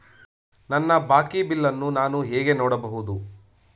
ನನ್ನ ಬಾಕಿ ಬಿಲ್ ಅನ್ನು ನಾನು ಹೇಗೆ ನೋಡಬಹುದು?